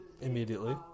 Immediately